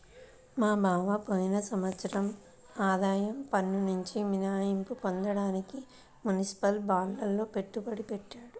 మా బావ పోయిన సంవత్సరం ఆదాయ పన్నునుంచి మినహాయింపు పొందడానికి మునిసిపల్ బాండ్లల్లో పెట్టుబడి పెట్టాడు